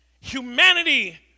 Humanity